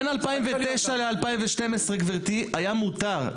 בין 2009 ל-2012, גברתי, היה מותר.